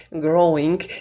growing